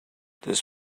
this